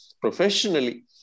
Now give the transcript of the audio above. professionally